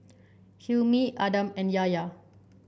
Hilmi Adam and Yahya